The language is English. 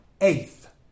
eighth